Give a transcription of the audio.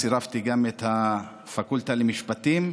צירפתי גם את הפקולטה למשפטים,